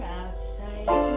outside